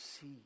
see